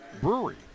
Brewery